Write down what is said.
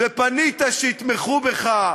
ופנית שיתמכו בך,